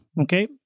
Okay